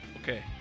Okay